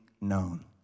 known